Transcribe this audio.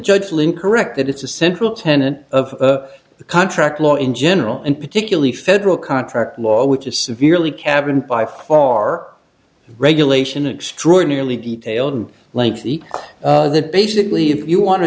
judge lynn correct that it's a central tenant of the contract law in general and particularly federal contract law which is severely cabin by far regulation an extraordinarily detailed and lengthy claim that basically if you want to